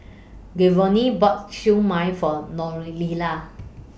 Giovanny bought Siew Mai For Noelia